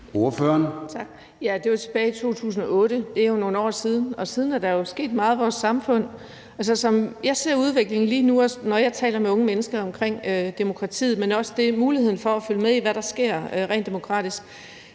Det var tilbage i 2008. Det er jo nogle år siden. Siden er der jo sket meget i vores samfund. I forhold til hvordan jeg ser udviklingen lige nu, kan jeg sige, at når jeg taler med unge mennesker om demokratiet, men også om muligheden for at følge med i, hvad der sker rent demokratisk,